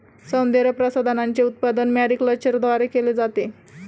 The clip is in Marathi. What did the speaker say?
सौंदर्यप्रसाधनांचे उत्पादन मॅरीकल्चरद्वारे केले जाते